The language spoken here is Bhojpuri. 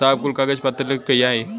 साहब कुल कागज पतर लेके कहिया आई?